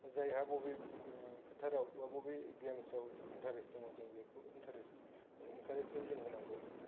जायहा बबे फोथाराव बा बबे गेम्सआव इन्टारेस्ट दं बेखौ जों इनकारेज इनकारेजमेन्ट होनांगौ